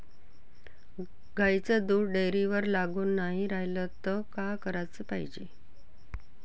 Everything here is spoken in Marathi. गाईचं दूध डेअरीवर लागून नाई रायलं त का कराच पायजे?